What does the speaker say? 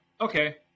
Okay